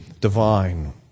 divine